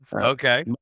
Okay